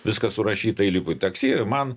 viskas surašyta įlipu į taksi man